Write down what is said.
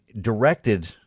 directed